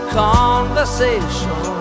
conversation